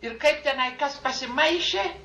ir kaip tenai kas pasimaišė